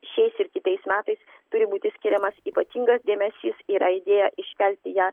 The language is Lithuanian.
šiais ir kitais metais turi būti skiriamas ypatingas dėmesys yra idėja iškelti ją